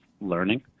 learning